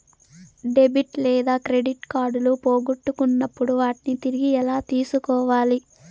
debit లేదా credit కార్డులు పోగొట్టుకున్నప్పుడు వాటిని తిరిగి ఎలా తీసుకోవాలి